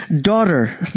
daughter